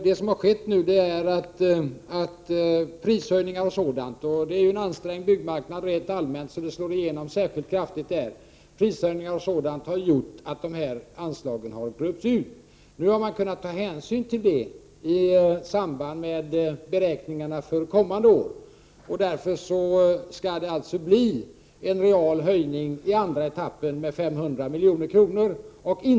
Vad som skett är att prishöjningar och annat —rent allmänt är byggmarknaden ansträngd och därför slår detta igenom särskilt kraftigt där — har medfört att dessa anslag har gröpts ur. I samband med beräkningar för kommande år har man tagit hänsyn till detta. Det skall alltså bli en real höjning med 500 milj.kr. i den andra etappen.